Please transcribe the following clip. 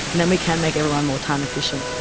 and then we can make everyone more time efficient.